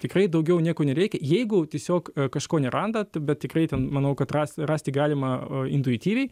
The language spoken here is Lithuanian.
tikrai daugiau nieko nereikia jeigu tiesiog kažko nerandat bet tikrai ten manau kad ras rasti galima intuityviai